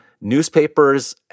Newspapers